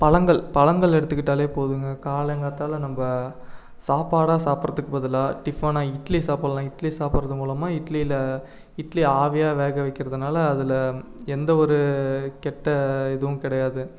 பழங்கள் பழங்கள் எடுத்துக்கிட்டாலே போதுங்க காலங்கார்த்தால நம்ம சாப்பாடாக சாப்பிட்றத்துக்கு பதிலாக டிஃபனாக இட்லி சாப்பிட்லாம் இட்லி சாப்பிட்றது மூலமாக இட்லியில் இட்லியை ஆவியாக வேக வைக்கிறதுனால் அதில் எந்த ஒரு கெட்ட இதுவும் கிடையாது